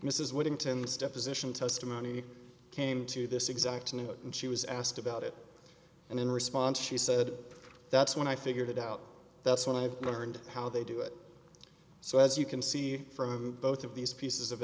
mrs whittington stepha's initial testimony came to this exact knew it and she was asked about it and in response she said that's when i figured it out that's what i've learned how they do it so as you can see from both of these pieces of